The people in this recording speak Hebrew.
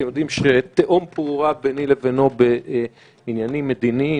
אתם יודעים שתהום פעורה ביני לבינו בעניינים מדיניים,